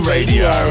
Radio